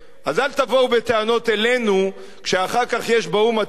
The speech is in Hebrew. אז אל תבואו בטענות אלינו כשאחר כך יש באו"ם הצבעות,